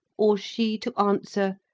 or she to answer,